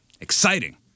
exciting